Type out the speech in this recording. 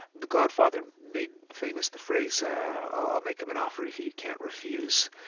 the godfather made famous the phrase, i'll make him an offer he can't refuse.